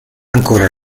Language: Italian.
ancora